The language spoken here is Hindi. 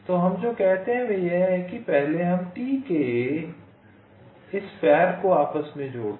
तो हम जो कहते हैं वह यह है कि पहले हम T के इस पैर को आपस में जोड़ते हैं